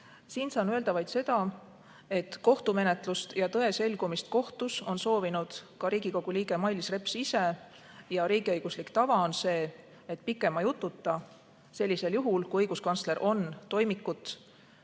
Siin saan öelda vaid seda, et kohtumenetlust ja tõe selgumist kohtus on soovinud ka Riigikogu liige Mailis Reps ise. Riigiõiguslik tava on see, et sellisel juhul, kui õiguskantsler on toimikut